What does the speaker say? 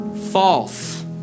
False